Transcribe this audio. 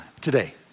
Today